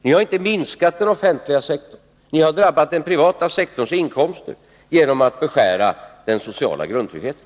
Ni har inte minskat den offentliga sektorn. Ni har drabbat den privata sektorns inkomster genom att beskära den sociala grundtryggheten.